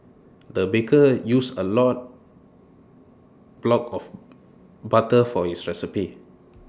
the baker used A lot block of butter for his recipe